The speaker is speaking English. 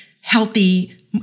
healthy